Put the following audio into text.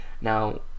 Now